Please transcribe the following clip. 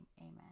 amen